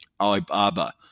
Alibaba